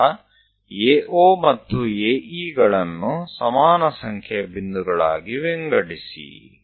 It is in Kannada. ನಂತರ AO ಮತ್ತು AE ಗಳನ್ನು ಸಮಾನ ಸಂಖ್ಯೆಯ ಬಿಂದುಗಳಾಗಿ ವಿಂಗಡಿಸಿ